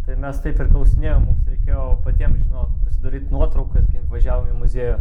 tai mes taip ir klausinėjom mums reikėjo patiem žinot pasidaryt nuotraukas gi važiavom į muziejų